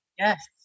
Yes